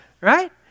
right